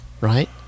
right